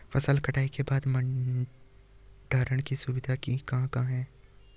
फसल कटाई के बाद भंडारण की सुविधाएं कहाँ कहाँ हैं?